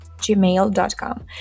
gmail.com